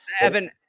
Evan